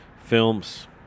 Films